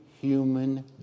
human